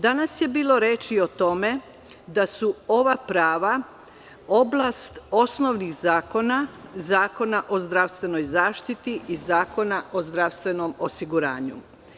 Danas je bilo reči o tome da su ova prava oblast osnovnih zakona, Zakona o zdravstvenoj zaštiti i Zakona o zdravstvenom osiguranju.